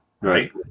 right